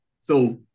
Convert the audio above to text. So-